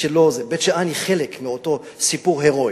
בית-שאן היא חלק מאותו סיפור הירואי.